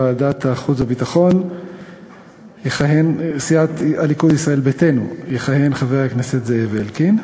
ישראל ביתנו בוועדת החוץ והביטחון יכהן חבר הכנסת זאב אלקין.